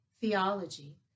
theology